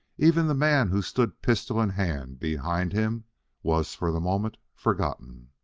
even the man who stood, pistol in hand, behind him was, for the moment, forgotten.